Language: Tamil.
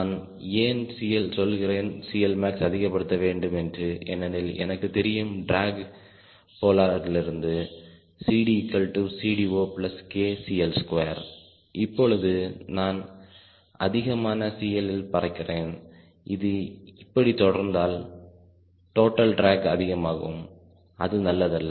நான் ஏன் சொல்கிறேன் CLmax அதிகப்படுத்த வேண்டும் என்று ஏனெனில் எனக்கு தெரியும் டிராக் போலாரிலிருந்து CDCD0KCL2 இப்பொழுது நான் அதிகமான CLபறக்கிறேன் இது இப்படி தொடர்ந்தால் டோட்டல் டிராக் அதிகமாகும் அது நல்லதல்ல